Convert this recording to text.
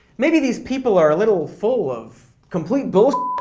maybe these people are a little full of. complete bullsh